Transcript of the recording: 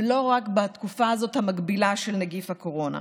ולא רק בתקופה המגבילה של נגיף הקורונה.